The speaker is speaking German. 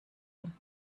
und